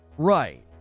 right